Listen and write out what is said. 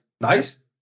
Nice